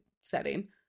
setting